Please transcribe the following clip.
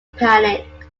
panic